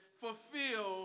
fulfill